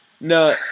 No